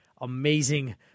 amazing